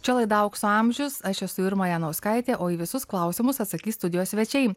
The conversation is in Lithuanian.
čia laida aukso amžius aš esu irma janauskaitė o į visus klausimus atsakys studijos svečiai